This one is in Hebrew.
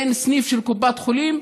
אין סניף של קופת חולים,